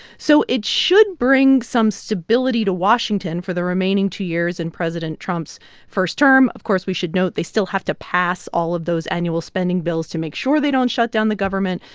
so it should bring some stability to washington for the remaining two years in president trump's first term. of course, we should note they still have to pass all of those annual spending bills to make sure they don't shut down the government.